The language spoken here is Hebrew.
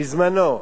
בזמנו,